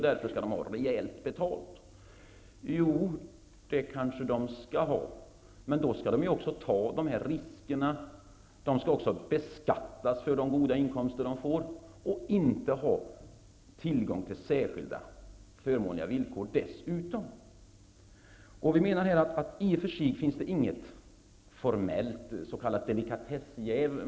Därför skall de ha rejält betalt för sitt jobb. Jo, de skall de kanske ha. Men då skall de också ta risker, och dessutom skall deras goda inkomster beskattas. De här personerna skall inte ha särskilda förmåner. I och för sig finns det inte något formellt s.k.